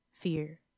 fear